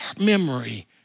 memory